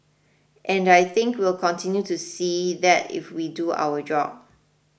and I think we'll continue to see that if we do our job